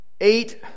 eight